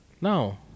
No